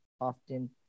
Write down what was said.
often